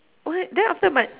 what then after my